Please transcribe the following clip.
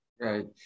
Right